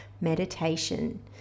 meditation